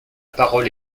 parole